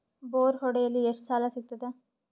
Bore ಹೊಡೆಸಲು ಎಷ್ಟು ಸಾಲ ಸಿಗತದ?